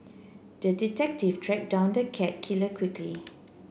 the detective tracked down the cat killer quickly